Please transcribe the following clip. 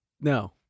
no